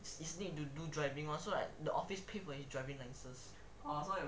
is need to do driving [one] so like the office paid for his driving license